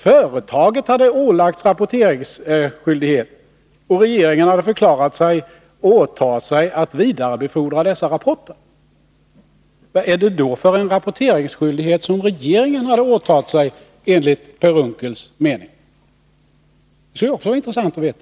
Företaget hade ålagts rapporteringsskyldighet, och regeringen hade förklarat att den åtog sig att vidarebefordra dess rapporter. Vad är det då för en granskningsskyldighet som regeringen har åtagit sig enligt Per Unckels mening? Det skulle också vara intressant att veta.